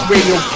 Radio